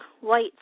white